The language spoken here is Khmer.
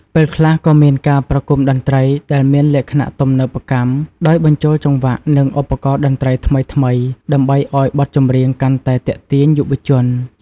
ពេលខ្លះក៏មានការប្រគុំតន្ត្រីដែលមានលក្ខណៈទំនើបកម្ម ដោយបញ្ចូលចង្វាក់ និងឧបករណ៍តន្ត្រីថ្មីៗ ដើម្បីឱ្យបទចម្រៀងកាន់តែទាក់ទាញយុវវ័យ ។